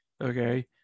okay